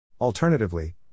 Alternatively